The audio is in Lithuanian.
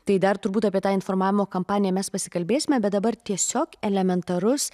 tai dar turbūt apie tą informavimo kampaniją mes pasikalbėsime bet dabar tiesiog elementarus